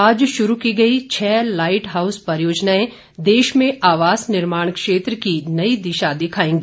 आज शुरू की गई छ लाईट हाउस परियोजनाएं देश में आवास निर्माण क्षेत्र को नई दिशा दिखाएगी